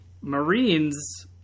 marines